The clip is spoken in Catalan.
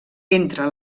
entre